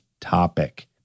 topic